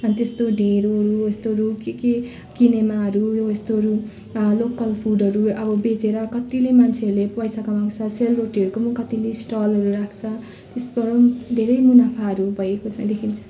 अन्त त्यस्तो ढिँडोहरू त्यस्तोहरू के के किनेमाहरू यस्तोहरू लोकल फुडहरू अब बेचेर कतिले मान्छेहरूले पैसा कमाउँछ सेलरोटीहरूको कतिले स्टलहरू राख्छ त्यसबाट धेरै मुनाफाहरू भएको छ देखिन्छ